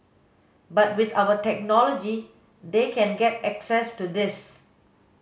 but with our technology they can get access to this